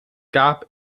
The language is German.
gab